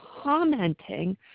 commenting